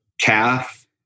calf